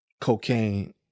cocaine